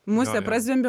musė prazvimbė